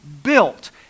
built